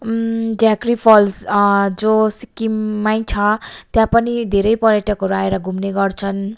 झाँक्री फल्स जो सिक्किममै छ त्यहाँ पनि धेरै पर्यटकहरू आएर घुम्ने गर्छन्